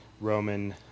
Roman